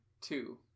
Two